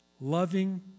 loving